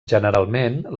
generalment